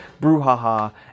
brouhaha